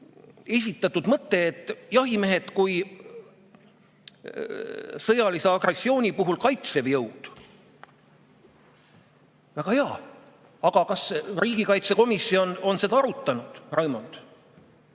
esitatud mõte, et jahimehed on sõjalise agressiooni puhul kaitsev jõud. Väga hea! Aga kas riigikaitsekomisjon on seda arutanud? Raimond,